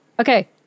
Okay